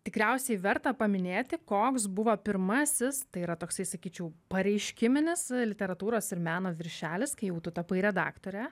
tikriausiai verta paminėti koks buvo pirmasis tai yra toksai sakyčiau pareiškiminis literatūros ir meno viršelis kai jau tu tapai redaktore